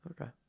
Okay